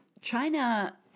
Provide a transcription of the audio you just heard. China